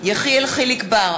יחיאל חיליק בר,